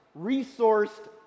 resourced